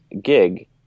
gig